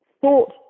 thought